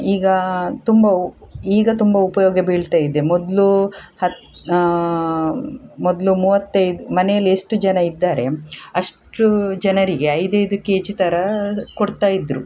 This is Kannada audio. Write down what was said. ಈಗ ತುಂಬ ಉ ಈಗ ತುಂಬ ಉಪಯೋಗ ಬೀಳ್ತಾ ಇದೆ ಮೊದ್ಲು ಹತ್ತು ಮೊದಲು ಮೂವತ್ತೈದು ಮನೆಯಲ್ಲಿ ಎಷ್ಟು ಜನ ಇದ್ದಾರೆ ಅಷ್ಟು ಜನರಿಗೆ ಐದೈದು ಕೆ ಜಿ ಥರದ್ದು ಕೊಡ್ತಾ ಇದ್ದರು